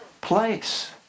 place